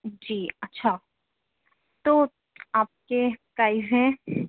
جی اچھا تو آپ کے پرائز ہیں